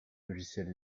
logiciels